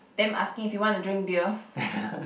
them asking if you want to drink beer